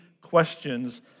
questions